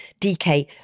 DK